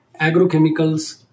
agrochemicals